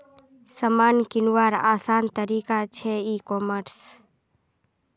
सामान किंवार आसान तरिका छे ई कॉमर्स